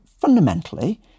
fundamentally